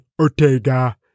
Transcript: Ortega